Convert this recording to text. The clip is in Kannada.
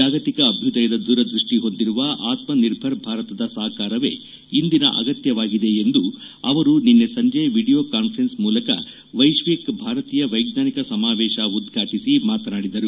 ಜಾಗತಿಕ ಅಭ್ಯದಯದ ದೂರದೃಷ್ಟಿ ಹೊಂದಿರುವ ಆತ್ಮ ನಿರ್ಭರ್ ಭಾರತದ ಸಾಕಾರವೇ ಇಂದಿನ ಅಗತ್ಯವಾಗಿದೆ ಎಂದು ಅವರು ನಿನ್ನೆ ಸಂಜೆ ವಿಡಿಯೋ ಕಾನ್ವರೆನ್ಸ್ ಮೂಲಕ ವೈಶ್ವಿಕ್ ಭಾರತೀಯ ವೈಜ್ಞಾನಿಕ ಸಮಾವೇಶ ಉದ್ವಾಟಿಸಿ ಮಾತನಾಡಿದರು